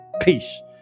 peace